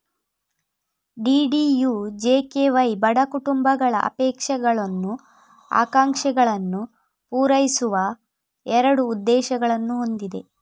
DDUJKY ಬಡ ಕುಟುಂಬಗಳ ಅಪೇಕ್ಷಗಳನ್ನು, ಆಕಾಂಕ್ಷೆಗಳನ್ನು ಪೂರೈಸುವ ಎರಡು ಉದ್ದೇಶಗಳನ್ನು ಹೊಂದಿದೆ